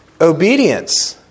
obedience